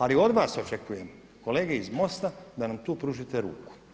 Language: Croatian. Ali od vas očekujem, kolege iz MOST-a da nam tu pružite ruku.